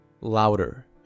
louder